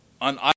on